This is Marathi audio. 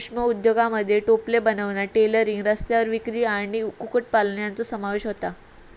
सूक्ष्म उद्योगांमध्ये टोपले बनवणा, टेलरिंग, रस्त्यावर विक्री आणि कुक्कुटपालन यांचो समावेश होता